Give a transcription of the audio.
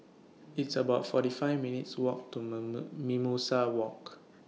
It's about forty five minutes' Walk to Mimosa Walk